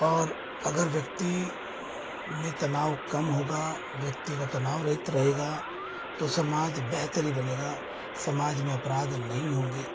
और अगर व्यक्ति में तनाव कम होगा व्यक्ति का तनाव रहित रहेगा तो समाज बेहतर ही बनेगा समाज में अपराध नहीं होंगे